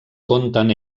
conten